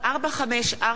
(דירות) (תיקון,